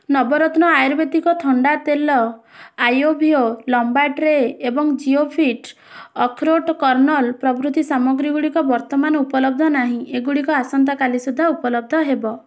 ନବରତ୍ନ ଆୟୁର୍ବେଦିକ ଥଣ୍ଡା ତେଲ ଆଇ ଓ ଭି ଓ ଲମ୍ବା ଟ୍ରେ ଏବଂ ଜିଓ ଫିଟ୍ ଅଖରୋଟ କର୍ଣ୍ଣଲ୍ ପ୍ରଭୃତି ସାମଗ୍ରୀ ଗୁଡ଼ିକ ବର୍ତ୍ତମାନ ଉପଲବ୍ଧ ନାହିଁ ଏଗୁଡ଼ିକ ଆସନ୍ତା କାଲି ସୁଦ୍ଧା ଉପଲବ୍ଧ ହେବ